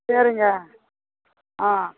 சரிங்க ஆ